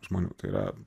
žmonių tai yra